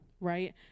right